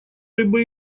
либо